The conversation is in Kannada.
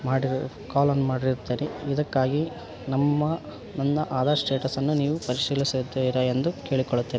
ಮಾಡಿರು ಕಾಲನ್ನು ಮಾಡಿರ್ತ್ತೇನೆ ಇದಕ್ಕಾಗಿ ನಮ್ಮ ನನ್ನ ಆಧಾರ್ ಸ್ಟೇಟಸ್ಸನ್ನು ನೀವು ಪರಿಶೀಲಿಸುತ್ತೀರಾ ಎಂದು ಕೇಳಿಕೊಳ್ಳುತ್ತೇನೆ